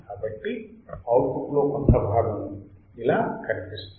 కాబట్టి అవుట్పుట్లో కొంత భాగం ఇలా కనిపిస్తుంది